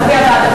הנה.